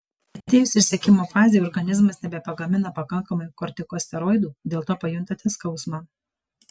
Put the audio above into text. atėjus išsekimo fazei organizmas nebepagamina pakankamai kortikosteroidų dėl to pajuntate skausmą